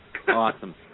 Awesome